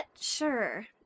sure